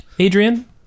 Adrian